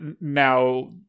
now